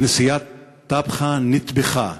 כנסיית טבחה נטבחה.